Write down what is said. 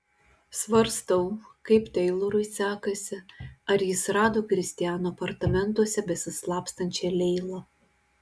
svarstau kaip teilorui sekasi ar jis rado kristiano apartamentuose besislapstančią leilą